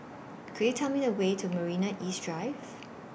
Could YOU Tell Me The Way to Marina East Drive